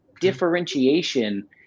differentiation